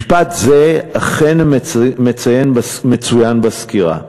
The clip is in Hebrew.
משפט זה אכן מצוין בסקירה.